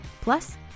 Plus